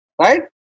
right